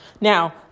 Now